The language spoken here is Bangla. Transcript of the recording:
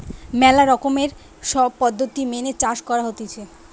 ম্যালা রকমের সব পদ্ধতি মেনে চাষ করা হতিছে